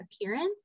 appearance